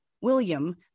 William